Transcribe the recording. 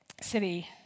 city